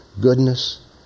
goodness